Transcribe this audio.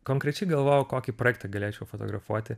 konkrečiai galvojau kokį projektą galėčiau fotografuoti